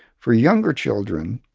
for younger children,